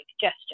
gesture